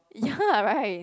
ya right